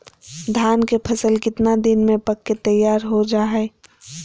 धान के फसल कितना दिन में पक के तैयार हो जा हाय?